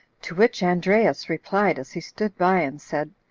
to which andreas replied, as he stood by, and said,